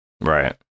Right